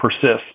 persist